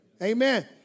Amen